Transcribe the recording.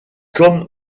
comme